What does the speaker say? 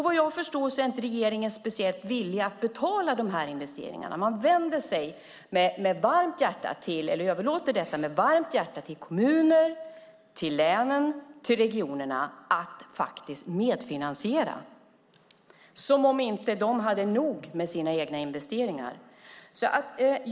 Vad jag förstår är regeringen inte speciellt villig att betala dessa investeringar. Man överlåter med varmt hjärta till kommuner, län och regioner att medfinansiera. Som om de inte har nog med sina egna investeringar!